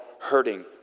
hurting